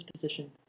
position